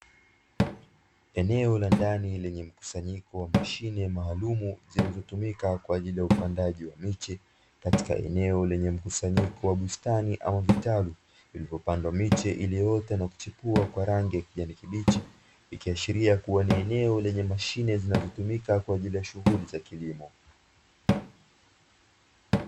Eneo la ndani lenye mkusanyiko wa mashine maalumu zilizotumika kwa ajili ya upandaji wa miche katika eneo lenye mkusanyiko wa bustani au vitalu, vilivyopandwa miche iliyoota na kuchipua kwa rangi ya kijani kibichi, ikiashiria kuwa ni eneo lenye mashine zinazotumika kwa ajili ya shughuli za kilimo.